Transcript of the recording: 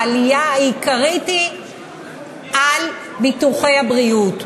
העלייה העיקרית היא בביטוחי הבריאות.